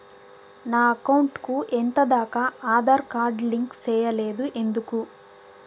నా అకౌంట్ కు ఎంత దాకా ఆధార్ కార్డు లింకు సేయలేదు ఎందుకు